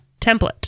template